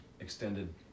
extended